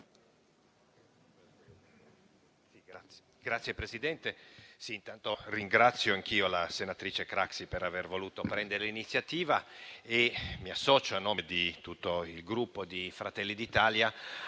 Signor Presidente, ringrazio anch'io la senatrice Craxi per aver voluto prendere l'iniziativa e mi associo, a nome di tutto il Gruppo Fratelli d'Italia,